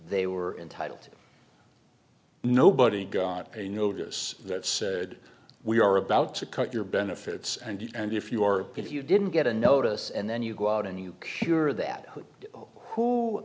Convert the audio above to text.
they were entitled to nobody got a notice that said we are about to cut your benefits and and if you are if you didn't get a notice and then you go out and you cure that who